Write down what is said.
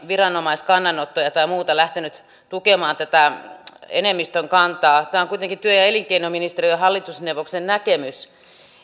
viranomaiskannanottoja tai muuta lähtenyt tukemaan tätä enemmistön kantaa tämä on kuitenkin työ ja elinkeinoministeriön hallitusneuvoksen näkemys